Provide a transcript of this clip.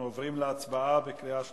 אנחנו עוברים להצבעה בקריאה שלישית.